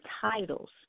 titles